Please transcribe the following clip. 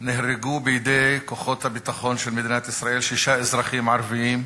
נהרגו בידי כוחות הביטחון של מדינת ישראל שישה אזרחים ערבים,